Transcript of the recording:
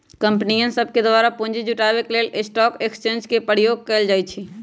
कंपनीय सभके द्वारा पूंजी जुटाबे के लेल स्टॉक एक्सचेंज के प्रयोग कएल जाइ छइ